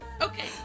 Okay